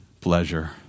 pleasure